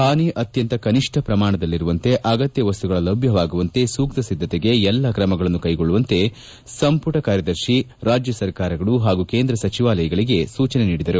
ಹಾನಿ ಅತ್ಲಂತ ಕನಿಷ್ಣ ಪ್ರಮಾಣದಲ್ಲಿರುವಂತೆ ಅಗತ್ಲ ವಸ್ತುಗಳು ಲಭ್ಞವಾಗುವಂತೆ ಸೂಕ್ತ ಸಿದ್ದತೆಗೆ ಎಲ್ಲಾ ಕ್ರಮಗಳನ್ನು ಕೈಗೊಳ್ಳುವಂತೆ ಸಂಪುಟ ಕಾರ್ಯದರ್ಶಿ ರಾಜ್ಯ ಸರ್ಕಾರಗಳು ಹಾಗೂ ಕೇಂದ್ರ ಸಚಿವಾಲಯಗಳಿಗೆ ಸೂಚನೆ ನೀಡಿದರು